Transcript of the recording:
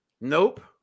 Nope